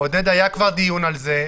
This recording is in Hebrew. היה כבר דיון על זה.